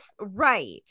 Right